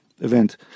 event